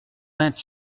vingt